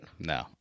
No